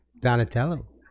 Donatello